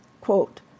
Quote